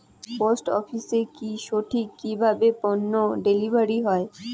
Post অফিসে কি সঠিক কিভাবে পন্য ডেলিভারি হয়?